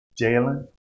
Jalen